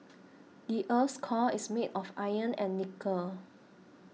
the earth's core is made of iron and nickel